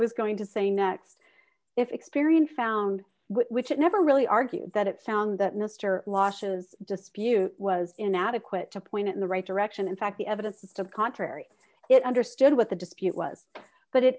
was going to say next if experian found which it never really argue that it found that mr law shows dispute was inadequate to point in the right direction in fact the evidence to the contrary it understood what the dispute was but it